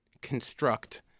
construct